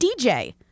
DJ